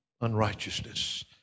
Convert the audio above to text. unrighteousness